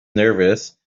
nervous